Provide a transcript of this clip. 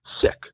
sick